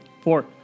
Four